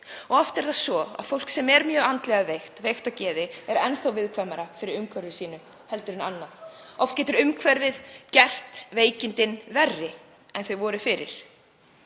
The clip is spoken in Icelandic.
og oft er það svo að fólk sem er mjög andlega veikt á geði er enn þá viðkvæmara fyrir umhverfi sínu en aðrir. Oft getur umhverfið gert veikindin verri en þau voru fyrir.